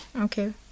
Okay